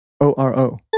O-R-O